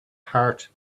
heart